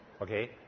Okay